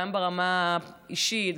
גם ברמה האישית,